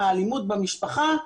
האלימות במשפחה,